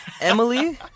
Emily